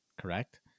correct